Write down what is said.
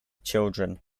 children